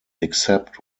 except